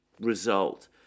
result